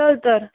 चल तर